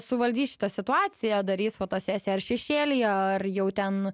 suvaldys šitą situaciją darys fotosesiją ar šešėly ar jau ten